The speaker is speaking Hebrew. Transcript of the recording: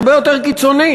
הרבה יותר קיצוני.